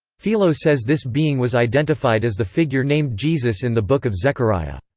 philo says this being was identified as the figure named jesus in the book of zechariah.